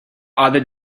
other